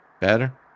Better